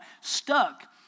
stuck